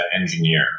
engineer